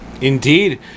Indeed